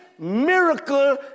Miracle